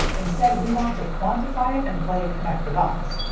instead, we want to quantify it and play connect-the-dots.